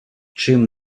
чим